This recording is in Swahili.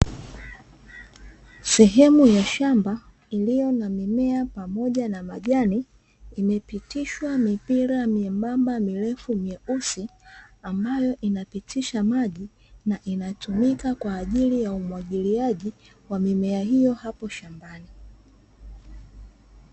Sehemu ya shamba iliyo na mimea pamoja na majani, imepitishwa mipira miembamba mirefu mieus, ambayo inapitisha maji na inatumika kwa ajili ya umwagiliaji wa mimea hiyo hapo shambani.